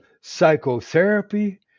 psychotherapy